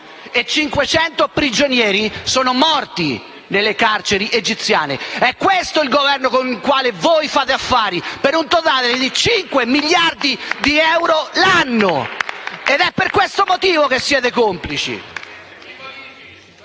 e 500 prigionieri sono morti nelle carceri egiziane. È questo il Governo con il quale voi fate affari, per un totale di 5 miliardi di euro l'anno, ed è per questo motivo che siete complici!